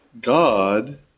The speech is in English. God